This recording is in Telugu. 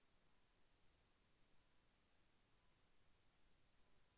నేను మీ సేవా నడుపుతున్నాను ఋణం పొందవచ్చా?